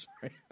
sorry